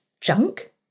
junk